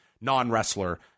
non-wrestler